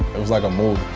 it was like a movie.